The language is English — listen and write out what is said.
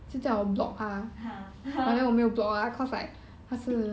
ah